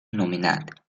nomenat